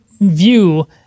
view